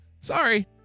Sorry